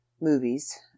movies